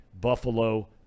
Buffalo